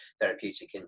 therapeutic